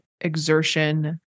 exertion